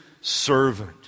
servant